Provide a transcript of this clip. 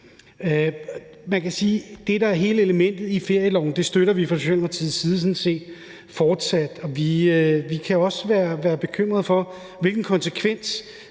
Man kan sige, at det, der er hele essensen i ferieloven, støtter vi fra Socialdemokratiets side sådan set fortsat. Vi kan også være bekymret for, hvilken konsekvens